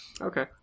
Okay